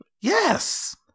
Yes